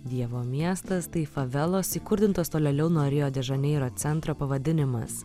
dievo miestas tai favelos įkurdintos tolėliau nuo rio de žaneiro centro pavadinimas